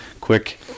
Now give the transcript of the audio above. quick